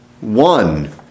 one